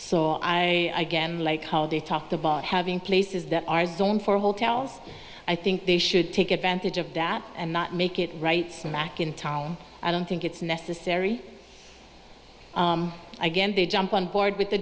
so i am like how they talked about having places that are zone for hotels i think they should take advantage of that and not make it right smack in town i don't think it's necessary again they jump on board with the